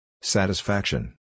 Satisfaction